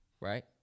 right